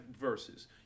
verses